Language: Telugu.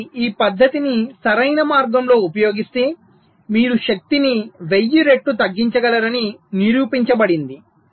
కాబట్టి ఈ పద్ధతిని సరైన మార్గంలో ఉపయోగిస్తే మీరు శక్తిని 1000 రెట్లు తగ్గించగలరని నిరూపించబడింది